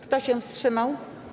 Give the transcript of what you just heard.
Kto się wstrzymał?